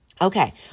Okay